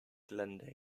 glendale